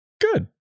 good